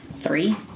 Three